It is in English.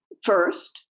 first